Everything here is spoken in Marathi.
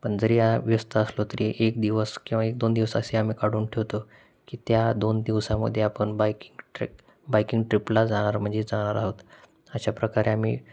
पण जरी या व्यस्त असलो तरी एक दिवस किंवा एक दोन दिवस असे आम्ही काढून ठेवतो की त्या दोन दिवसामध्ये आपण बाईकिंग ट्र बायकिंग ट्रिपला जाणार म्हणजे जाणार आहोत अशाप्रकारे आम्ही